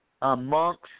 monks